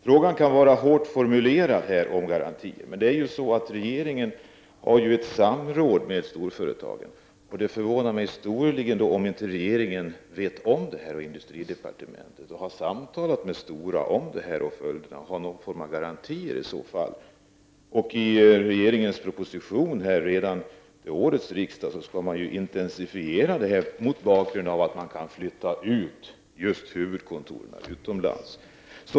Frågan om garantin kan vara hårt formulerad. Men regeringen samråder ju med storföretagen. Det förvånar mig storligen om regeringen inte vet om detta — dvs. i industridepartementet — och har samtalat med Stora om följderna. I regeringens proposition i ärendet till årets riksdag föreslogs en intensifiering mot bakgrund av just att huvudkontoren kan flyttas utomlands.